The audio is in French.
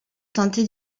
tentait